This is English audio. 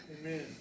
Amen